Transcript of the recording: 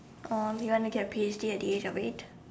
oh you want to get P_H_D at the age of eight